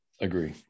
Agree